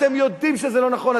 אתם יודעים שזה לא נכון,